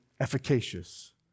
efficacious